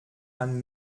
man